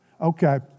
okay